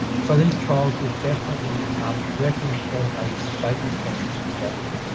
so these trials will definitely directly inform how we shape this transition strategy.